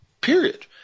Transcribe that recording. period